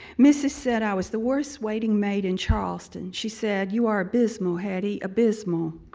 missus said i was the worst waiting maid in charleston. she said, you are abysmal hetty, abysmal.